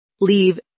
Leave